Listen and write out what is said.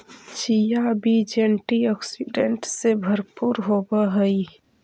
chia बीज antioxidant से भरपूर होवअ हई